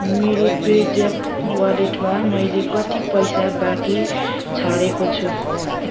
मेरो PayZapp वालेटमा मैले कति पैसा बाँकी छाडेको छु